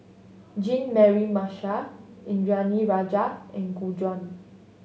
Jean Mary Marshall Indranee Rajah and Gu Juan